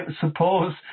suppose